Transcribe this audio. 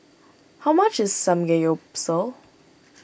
how much is Samgeyopsal